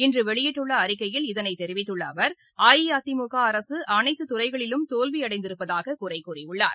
இன்றுவெளியிட்டுள்ளஅறிக்கையில் இதனைதெரிவித்துள்ளஅவர் அஇஅதிமுகஅரசுஅனைத்துறைகளிலும் தோல்வியடைந்திருப்பதாககுறைகூறியுள்ளார்